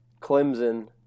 Clemson